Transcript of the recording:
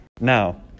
Now